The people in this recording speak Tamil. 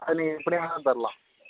அது நீங்கள் எப்படி வேணாலும் தரலாம்